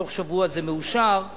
בתוך שבוע זה מאושר,